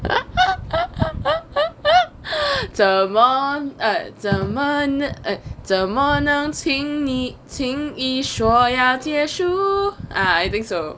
怎么 uh 怎么 err 怎么能亲你轻易说要结束 I think so